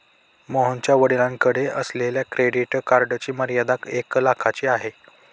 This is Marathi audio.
मोहनच्या वडिलांकडे असलेल्या क्रेडिट कार्डची मर्यादा एक लाखाची आहे